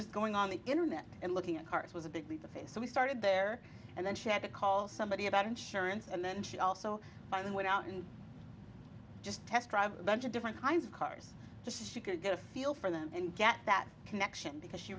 just going on the internet and looking at cars was a big leap of faith so we started there and then she had to call somebody about insurance and then she also i then went out and just test drive a bunch of different kinds of cars she could get a feel for them and get that connection because she